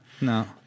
No